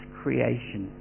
creation